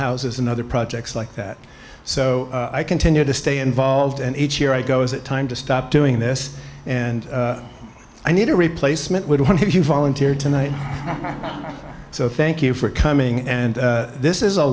houses and other projects like that so i continue to stay involved and each year i go is it time to stop doing this and i need a replacement with one if you volunteer tonight so thank you for coming and this is a